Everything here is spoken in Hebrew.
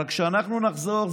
אבל כשאנחנו נחזור,